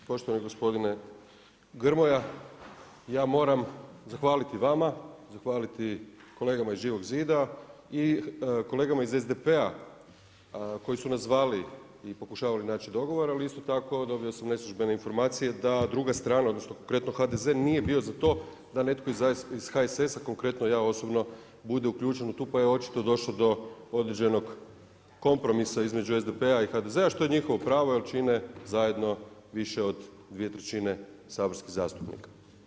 Poštovani gospodine Grmoja, ja moram zahvaliti vama, zahvaliti kolegama iz Živog zida i kolegama iz SDP-a koji su nas zvali i pokušavali naći dogovor ali isto tako dobio sam neslužbene informacije da druga strana odnosno konkretno HDZ nije bio za to da netko iz HSS-a, konkretno ja osobno bude uključen u to, pa je očito došlo do određenog kompromisa između SDP-a i HDZ-a što je njihovo pravo jer čine zajedno više od 2/3 saborskih zastupnika.